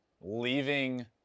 leaving